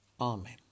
Amen